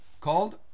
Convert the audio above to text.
called